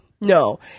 no